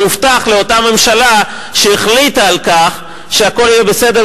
הובטח לאותה ממשלה שהחליטה על כך שהכול יהיה בסדר,